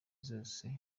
zose